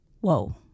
Whoa